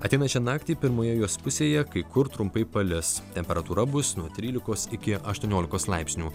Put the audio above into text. ateinančią naktį pirmoje jos pusėje kai kur trumpai palis temperatūra bus nuo trylikos iki aštuoniolikos laipsnių